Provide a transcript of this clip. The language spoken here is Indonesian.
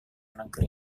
negeri